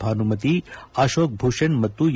ಭಾನುಮತಿ ಅಶೋಕ್ ಭೂಷಣ್ ಮತ್ತು ಎ